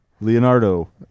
Leonardo